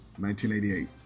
1988